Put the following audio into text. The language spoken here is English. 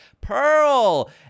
*Pearl*